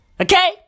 Okay